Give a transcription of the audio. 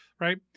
Right